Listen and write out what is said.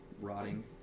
rotting